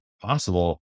possible